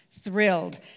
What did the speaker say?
thrilled